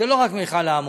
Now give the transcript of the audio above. זה לא רק מכל האמוניה.